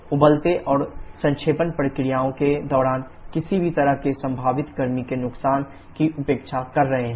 और हम उबलते और संक्षेपण प्रक्रियाओं के दौरान किसी भी तरह के संभावित गर्मी के नुकसान की उपेक्षा कर रहे हैं